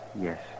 Yes